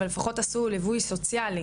אבל לפחות עשו ליווי סוציאלי.